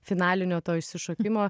finalinio to išsišokimo